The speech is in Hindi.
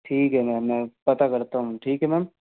ठीक है मैम मैं पता करता हूँ ठीक है मैम